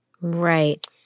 Right